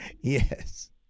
yes